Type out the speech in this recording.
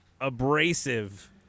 abrasive